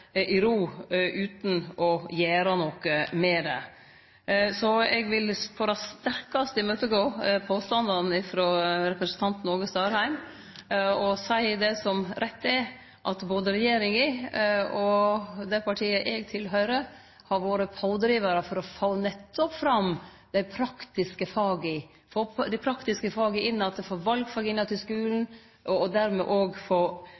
i ro utan å gjere noko med det. Så eg vil på det sterkaste imøtegå påstanden frå representanten Åge Starheim og seie det som rett er, at både regjeringa og det partiet eg tilhøyrer, har vore pådrivarar for å få fram nettopp dei praktiske faga, få dei praktiske faga inn att, få valfag inn att i skulen og dermed òg få betre rekruttering til desse faga og syte for